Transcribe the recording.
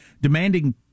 demanding